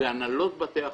והנהלות בתי החולים,